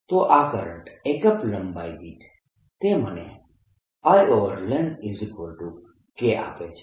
તો આ કરંટ એકમ લંબાઈ દીઠ છે તે મને IlengthK આપે છે